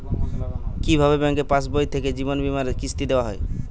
কি ভাবে ব্যাঙ্ক পাশবই থেকে জীবনবীমার কিস্তি দেওয়া হয়?